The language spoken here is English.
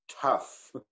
tough